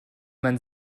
man